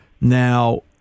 Now